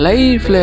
Life